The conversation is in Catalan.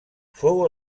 fou